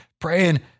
praying